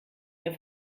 ihr